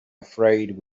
afraid